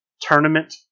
Tournament